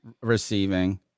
receiving